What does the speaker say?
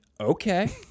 Okay